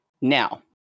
Now